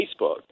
Facebook